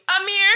Amir